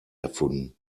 erfunden